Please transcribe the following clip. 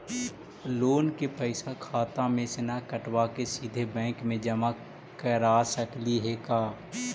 Loan के पैसा खाता मे से न कटवा के सिधे बैंक में जमा कर सकली हे का?